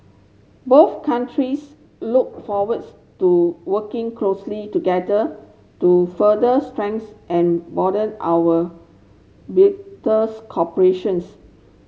both countries look forwards to working closely together to further strength and broaden our cooperation's